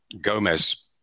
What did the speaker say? Gomez